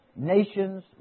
nations